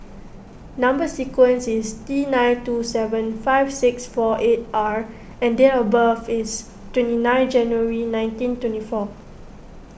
Number Sequence is T nine two seven five six four eight R and date of birth is twenty nine January nineteen twenty four